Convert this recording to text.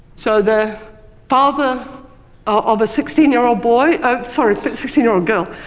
so, the father of a sixteen year old boy ah sorry but sixteen year old girl,